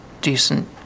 decent